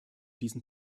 diesen